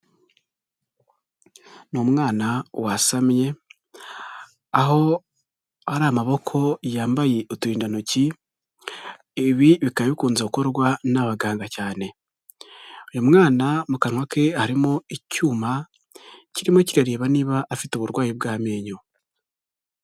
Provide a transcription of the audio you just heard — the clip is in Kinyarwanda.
Ni umwana wasamye, aho hari amaboko yambaye uturindantoki, ibi bikaba bikunze gukorwa n'abaganga cyane, uyu mwana mu kanwa ke harimo icyuma kirimo kireba niba afite uburwayi bw'amenyo.